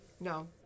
No